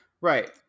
Right